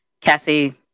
Cassie